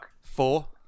Four